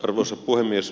arvoisa puhemies